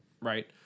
Right